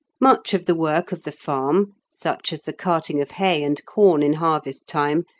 much of the work of the farm, such as the carting of hay and corn in harvest-time,